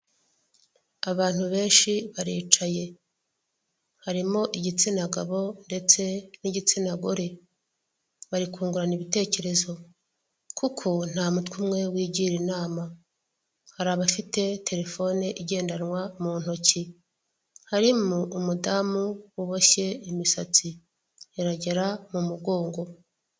Abantu benshi baricaye harimo igitsina gabo ndetse n'igitsina gore bari kungurana ibitekerezo kuko nta mutwe umwe wigira inama hari abafite telefone igendanwa mu ntoki harimo umudamu uboshye imisatsi iragera mu mugongo.